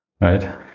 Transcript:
right